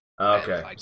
okay